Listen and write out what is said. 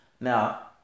Now